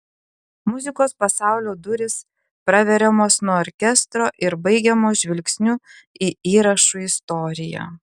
muzikos pasaulio durys praveriamos nuo orkestro ir baigiamos žvilgsniu į įrašų istoriją